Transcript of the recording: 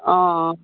অঁ অঁ